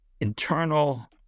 internal